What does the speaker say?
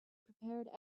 prepared